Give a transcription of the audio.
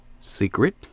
secret